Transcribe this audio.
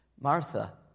Martha